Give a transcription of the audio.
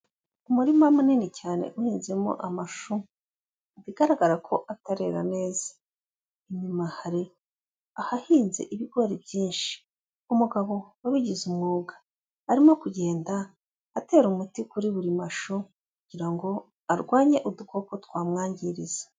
Umurima munini cyane uhinzemo amashu, bigaragara ko atarera neza. Inyuma hari ahahinze ibigori byinshi. Umugabo wabigize umwuga, arimo kugenda atera umuti kuri buri mashu kugira ngo arwanye udukoko twamwangiriza.